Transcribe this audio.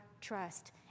trust